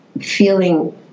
feeling